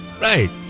right